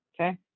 okay